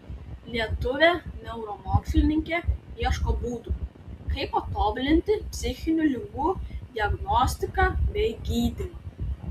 lietuvė neuromokslininkė ieško būdų kaip patobulinti psichinių ligų diagnostiką bei gydymą